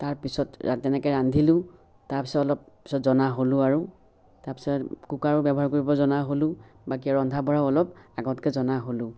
তাৰ পিছত তেনেকে ৰান্ধিলোঁ তাৰ পিছত অলপ পিছত জনা হ'লো আৰু তাৰ পিছত কুকাৰো ব্য়ৱহাৰ কৰিব জনা হ'লো বাকী ৰন্ধা বঢ়াও অলপ আগতকে জনা হ'লো